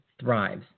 thrives